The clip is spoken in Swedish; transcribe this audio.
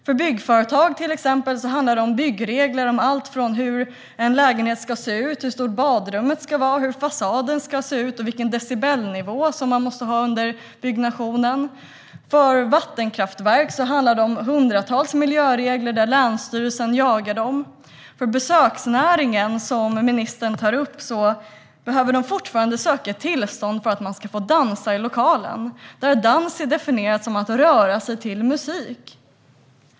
För byggföretag, till exempel, handlar det om byggregler om allt från hur en lägenhet ska se ut och hur stort badrummet ska vara till hur fasaden ska se ut och vilken decibelnivå man måste ha under byggnationen. För vattenkraftverk handlar det om hundratals miljöregler som länsstyrelsen jagar dem med. Besöksnäringen, som ministern tar upp, behöver fortfarande söka tillstånd för att man ska få dansa i en lokal, och dans är definierat som att röra sig till musik.